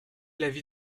l’avis